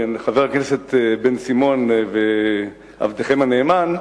בין חבר הכנסת בן-סימון לעבדכם הנאמן,